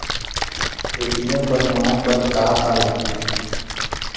ATM बनवाय बर का का लगथे?